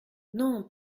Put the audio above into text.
non